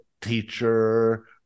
teacher